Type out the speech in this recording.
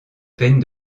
peine